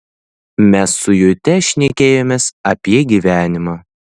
mes su jute šnekėjomės apie gyvenimą